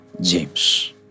James